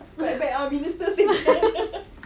like